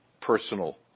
personal